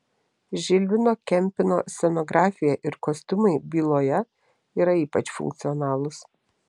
žilvino kempino scenografija ir kostiumai byloje yra ypač funkcionalūs